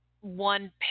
one